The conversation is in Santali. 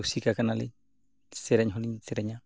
ᱨᱩᱥᱤᱠᱟ ᱠᱟᱱᱟ ᱞᱤᱧ ᱥᱮᱨᱮᱧ ᱦᱚᱸᱞᱤᱧ ᱥᱮᱨᱮᱧᱟ